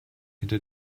hinter